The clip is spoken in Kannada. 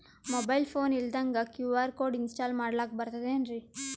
ಮೊಬೈಲ್ ಫೋನ ಇಲ್ದಂಗ ಕ್ಯೂ.ಆರ್ ಕೋಡ್ ಇನ್ಸ್ಟಾಲ ಮಾಡ್ಲಕ ಬರ್ತದೇನ್ರಿ?